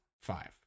Five